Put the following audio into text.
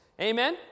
Amen